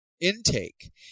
intake